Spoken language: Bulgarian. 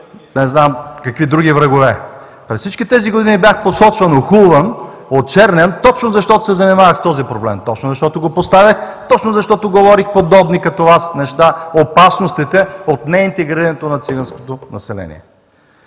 не знам какви други врагове. През всички тези години бях посочван, охулван и очернян, точно защото се занимавах с този проблем, точно защото го поставях, точно защото говорех подобни като Вас неща – опасностите от неинтегрирането на циганското население.